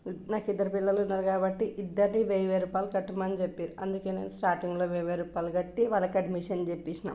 నాకు ఇద్దరు పిల్లలు ఉన్నారు కాబట్టి ఇద్దరిని వెయ్యి వెయ్యి రూపాయలు కట్టుమని చెప్పిరు అందుకే నేను స్టార్టింగ్లో వెయ్యి వెయ్యి రూపాయలు కట్టి వాళ్ళకి అడ్మిషన్ చేయించిన